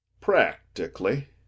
Practically